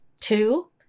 Two